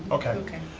okay. okay.